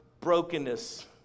brokenness